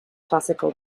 classical